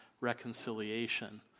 reconciliation